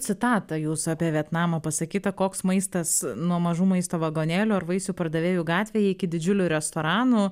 citatą jūsų apie vietnamą pasakyta koks maistas nuo mažų maisto vagonėlių ar vaisių pardavėjų gatvėje iki didžiulių restoranų